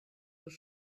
des